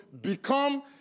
become